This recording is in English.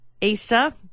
Easter